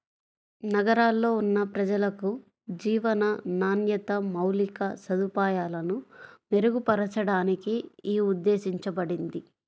నగరాల్లో ఉన్న ప్రజలకు జీవన నాణ్యత, మౌలిక సదుపాయాలను మెరుగుపరచడానికి యీ ఉద్దేశించబడింది